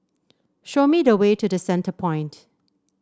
show me the way to The Centrepoint